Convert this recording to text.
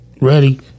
Ready